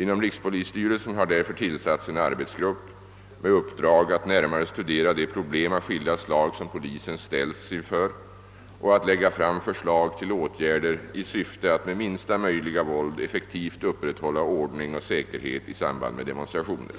Inom rikspolisstyrelsen har därför tillsatts en arbetsgrupp med uppdrag att närmare studera de problem av skilda slag som polisen ställs inför och att lägga fram förslag till åtgärder i syfte att med minsta möjliga våld effektivt upprätthålla ordning och säkerhet i samband med demonstrationer.